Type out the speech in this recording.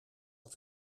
dat